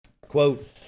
Quote